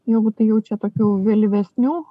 jeigu tai jaučia tokių vėlyvesnių